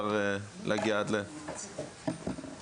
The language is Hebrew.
חשוב לי לדעת מה הסטטוס שלה,